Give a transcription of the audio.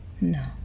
no